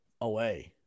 away